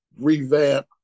revamp